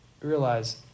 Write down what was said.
realize